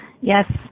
Yes